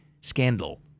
scandal